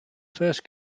first